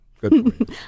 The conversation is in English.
good